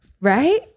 right